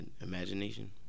imagination